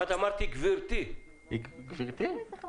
שלום